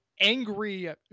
angry